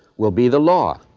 will be the law?